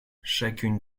chacune